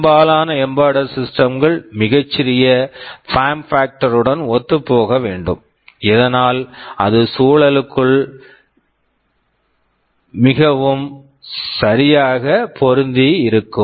பெரும்பாலான எம்பெட்டட் சிஸ்டம்கள் embedded system மிகச் சிறிய பார்ம் பாக்டருடன் form factor ஒத்துப்போக வேண்டும் இதனால் அது சூழலுக்குள் மிக சரியாக பொருந்தி இருக்கும்